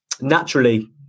naturally